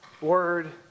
word